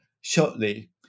shortly